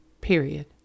period